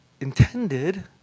intended